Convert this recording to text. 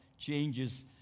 changes